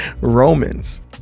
romans